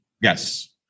Yes